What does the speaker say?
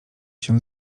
się